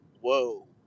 Whoa